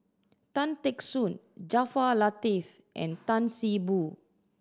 Tan Teck Soon Jaafar Latiff and Tan See Boo